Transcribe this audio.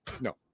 no